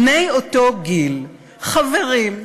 בני אותו גיל, חברים.